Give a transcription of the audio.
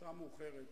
השעה מאוחרת,